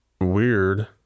weird